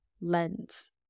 lens